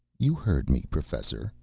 you heard me, professor.